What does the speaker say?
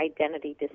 identity